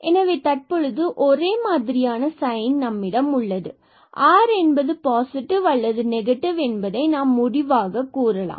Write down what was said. எனவே தற்பொழுது ஒரே மாதிரியான சைன் நம்மிடம் உள்ளது ஏனெனில் ஆர்r என்பது பாசிட்டிவ் அல்லது நெகட்டிவ் என்பதை நாம் முடிவாக கூறலாம்